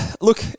Look